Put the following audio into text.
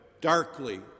darkly